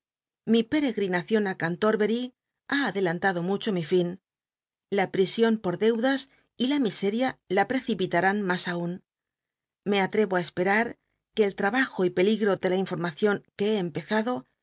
mi pcrcgrinacion á cantorbcry ha adelantado mucho mi fin la prision por deudas y la miseria la prccipitnnín mas aun me atrevo i cspcrar que el trabajo y pcligro de la informacion que be empezado